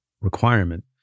requirement